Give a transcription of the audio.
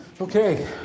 Okay